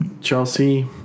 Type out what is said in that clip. Chelsea